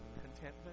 Contentment